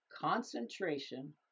concentration